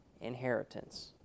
inheritance